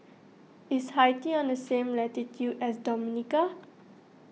is Haiti on the same latitude as Dominica